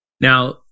Now